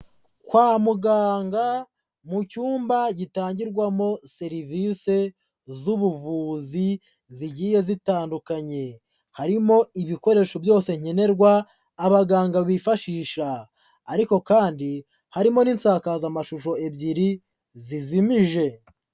Kwa muganga mu cyumba gitangirwamo serivise z'ubuvuzi zigiye zitandukanye, harimo ibikoresho byose nkenerwa abaganga bifashisha, ariko kandi harimo n'insakazamashusho ebyiri zijimije.